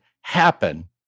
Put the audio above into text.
happen